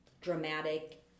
dramatic